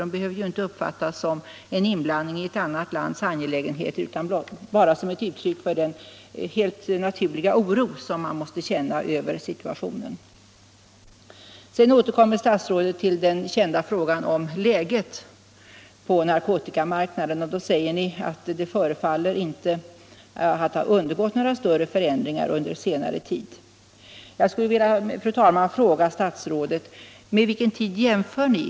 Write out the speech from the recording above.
De behöver inte uppfattas som inblandning i annat lands angelägenheter utan bara som ett uttryck för den helt naturliga oro man måste känna för situationen. ket 150 Sedan återkommer statsrådet till den kända frågan om läget på narkotikamarknaden. Ni säger då att den inte förefaller ha undergått några större förändringar under senare tid. Jag skulle vilja fråga statsrådet: Med vilken tid jämför ni?